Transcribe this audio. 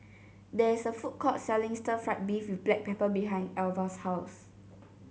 there is a food court selling Stir Fried Beef with Black Pepper behind Alvah's house